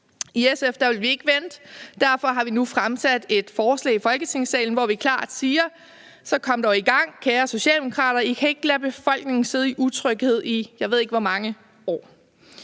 I SF vil vi ikke vente. Derfor har vi nu fremsat et forslag i Folketingssalen, hvor vi klart siger: Så kom dog i gang, kære socialdemokrater, I kan ikke lade befolkningen sidde i utryghed i, jeg ved ikke hvor mange år.